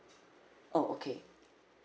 oh okay